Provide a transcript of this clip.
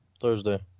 Thursday